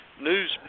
news